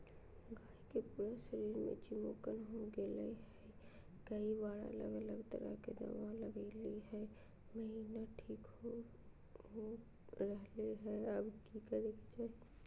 गाय के पूरा शरीर में चिमोकन हो गेलै है, कई बार अलग अलग तरह के दवा ल्गैलिए है महिना ठीक हो रहले है, अब की करे के चाही?